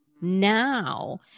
now